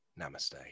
Namaste